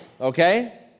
okay